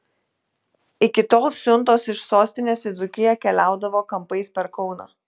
iki tol siuntos iš sostinės į dzūkiją keliaudavo kampais per kauną